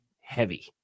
heavy